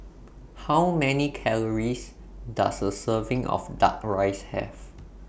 How Many Calories Does A Serving of Duck Rice Have